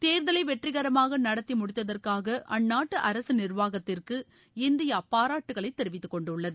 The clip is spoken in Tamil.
தேர்தலை வெற்றிகரமாக நடத்தி முடித்ததற்காக அந்நாட்டு அரசு நிர்வாகத்திற்கு இந்தியா பாராட்டுக்களை தெரிவித்துக்கொண்டுள்ளது